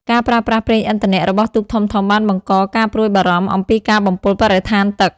ការប្រើប្រាស់ ប្រេងឥន្ធនៈ របស់ទូកធំៗបានបង្កការព្រួយបារម្ភអំពីការបំពុលបរិស្ថានទឹក។